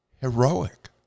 heroic